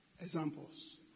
examples